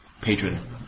patron